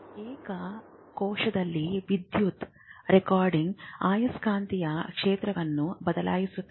ಏಕ ಕೋಶದಲ್ಲಿ ವಿದ್ಯುತ್ ರೆಕಾರ್ಡಿಂಗ್ ಆಯಸ್ಕಾಂತೀಯ ಕ್ಷೇತ್ರವನ್ನು ಬದಲಾಯಿಸುತ್ತದೆ